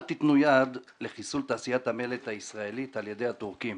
אל תיתנו יד לחיסול תעשיית המלט הישראלית על-ידי הטורקים,